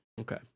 Okay